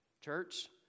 Church